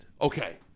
okay